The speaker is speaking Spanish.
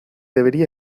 debería